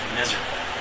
miserable